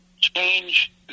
change